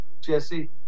Jesse